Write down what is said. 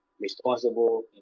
responsible